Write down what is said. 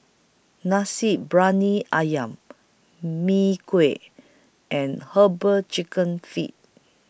Nasi Briyani Ayam Mee Kuah and Herbal Chicken Feet